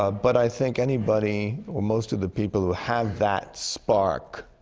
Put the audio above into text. but i think anybody or, most of the people who have that spark,